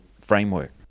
framework